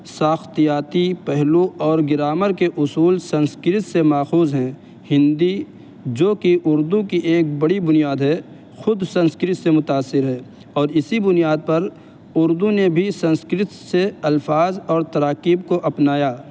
ساختیاتی پہلو اور گرامر کے اصول سنسکرت سے ماخوذ ہیں ہندی جوکہ اردو کی ایک بڑی بنیاد ہے خود سنسرکت سے متأثر ہے اور اسی بنیاد پر اردو نے بھی سنسکرت سے الفاظ اور تراکیب کو اپنایا